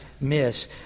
miss